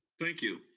thank you.